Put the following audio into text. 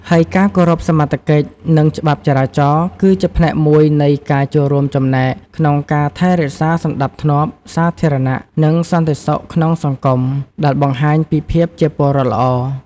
ហើយការគោរពសមត្ថកិច្ច និងច្បាប់ចរាចរណ៍ គឺជាផ្នែកមួយនៃការចូលរួមចំណែកក្នុងការថែរក្សាសណ្តាប់ធ្នាប់សាធារណៈ និងសន្តិសុខក្នុងសង្គម ដែលបង្ហាញពីភាពជាពលរដ្ឋល្អ។